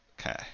Okay